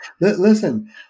Listen